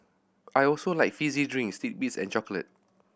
I also like fizzy drinks titbits and chocolate